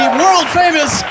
world-famous